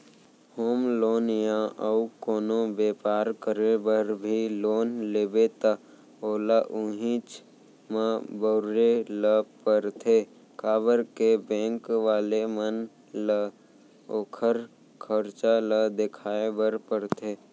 home loan या अउ कोनो बेपार करे बर भी लोन लेबे त ओला उहींच म बउरे ल परथे काबर के बेंक वाले मन ल ओखर खरचा ल देखाय बर परथे